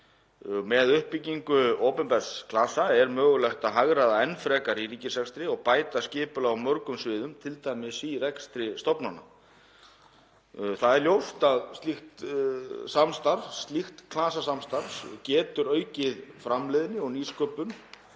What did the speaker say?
Með uppbyggingu opinbers klasa er mögulegt að hagræða enn frekar í ríkisrekstri og bæta skipulag á mörgum sviðum, t.d. í rekstri stofnana. Það er ljóst að slíkt klasasamstarf getur aukið framleiðni og nýsköpun